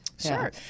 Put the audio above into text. Sure